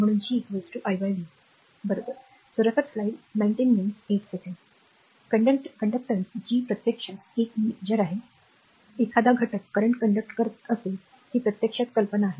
म्हणूनच G iv बरोबर आचरण G प्रत्यक्षात एक उपाय आहे एखादा घटक सध्याचे आचरण कसे करेल ही प्रत्यक्षात कल्पना आहे